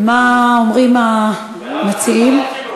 מה אומרים המציעים?